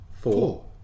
Four